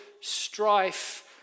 strife